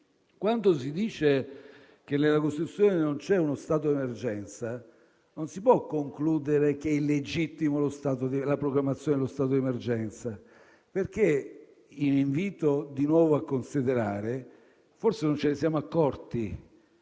Quando si dice che nella Costituzione non è previsto lo stato di emergenza, non si può concludere che sia illegittima la proclamazione dello stato di emergenza. Invito di nuovo a considerare che forse non ce ne siamo accorti,